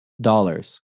dollars